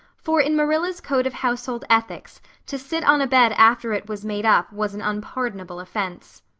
for in marilla's code of household ethics to sit on a bed after it was made up was an unpardonable offense.